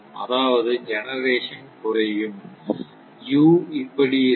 அதாவது ஜெனெரசன் குறையும் U இப்படி இருக்கும்